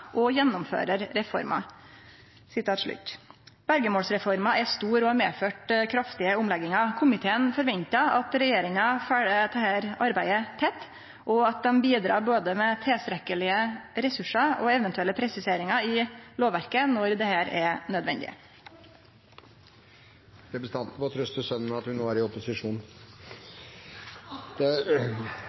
og gjennomfører reforma.» Verjemålsreforma er stor og har medført kraftige omleggingar. Komiteen forventar at regjeringa følgjer dette arbeidet tett, og at dei bidreg både med tilstrekkelege ressursar og eventuelle presiseringar i lovverket når dette er nødvendig. Representanten kan trøste sønnen sin med at hun nå er i opposisjon.